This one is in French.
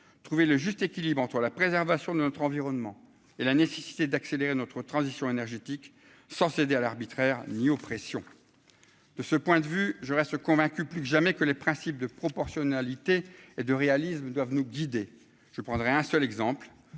trouver le juste équilibre entre la préservation de notre environnement et la nécessité d'accélérer notre transition énergétique sans céder à l'arbitraire ni oppression de ce point de vue, je reste convaincu, plus que jamais que les principes de proportionnalité et de réalisme doivent nous guider, je prendrai un seul exemple